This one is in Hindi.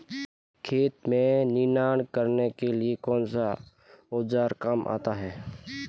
खेत में निनाण करने के लिए कौनसा औज़ार काम में आता है?